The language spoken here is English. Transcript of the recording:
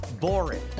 boring